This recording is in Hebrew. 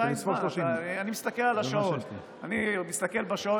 אני אספור 30. אני מסתכל על השעון.